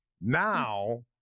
now